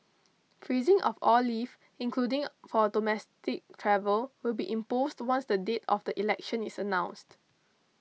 freezing of all leave including for domestic travel will be imposed once the date of the election is announced